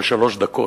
של שלוש דקות,